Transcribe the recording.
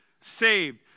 saved